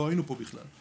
לא היינו פה בכלל.